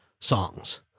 songs